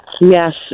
Yes